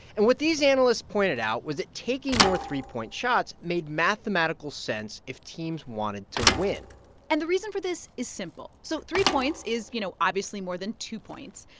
and what these analysts pointed out was that taking more three point shots made mathematical sense if teams wanted to win and the reason for this is simple. so three points is, you know, obviously more than two points.